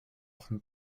often